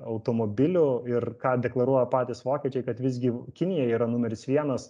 automobilių ir ką deklaruoja patys vokiečiai kad visgi kinija yra numeris vienas